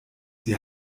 sie